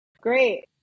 great